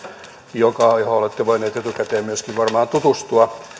johonka olette myöskin varmaan voinut etukäteen tutustua ja